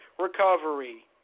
recovery